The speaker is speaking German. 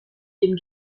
dem